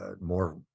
more